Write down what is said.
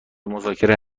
مذاکره